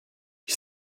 ich